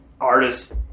artist